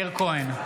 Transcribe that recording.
מאיר כהן,